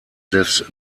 des